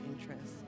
interests